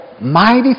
mighty